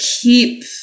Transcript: keep